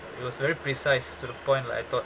it was very precise to the point like I thought